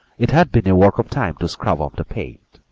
it had been a work of time to scrub off the paint,